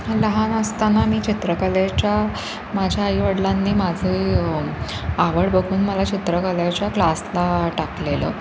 लहान असताना मी चित्रकलेच्या माझ्या आईवडिलांनी माझी आवड बघून मला चित्रकलेच्या क्लासला टाकलेलं